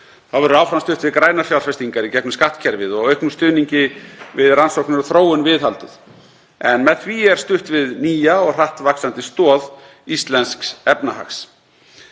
Þá verður áfram stutt við grænar fjárfestingar í gegnum skattkerfið og auknum stuðningi við rannsóknir og þróun viðhaldið, en með því er stutt við nýja og hratt vaxandi stoð íslensks efnahags.